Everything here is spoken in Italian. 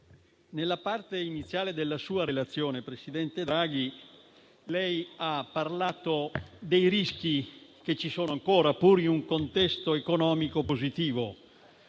nella parte iniziale della sua relazione, presidente Draghi, lei ha parlato dei rischi che ci sono ancora, pur in un contesto economico positivo: